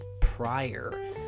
prior